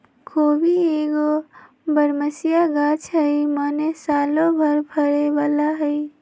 खोबि एगो बरमसिया ग़ाछ हइ माने सालो भर फरे बला हइ